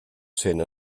cent